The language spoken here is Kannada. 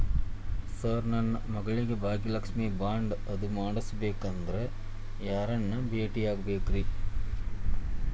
ಸರ್ ನನ್ನ ಮಗಳಿಗೆ ಭಾಗ್ಯಲಕ್ಷ್ಮಿ ಬಾಂಡ್ ಅದು ಮಾಡಿಸಬೇಕೆಂದು ಯಾರನ್ನ ಭೇಟಿಯಾಗಬೇಕ್ರಿ?